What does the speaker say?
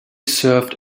served